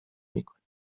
میکنید